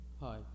Hi